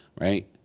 right